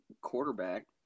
quarterback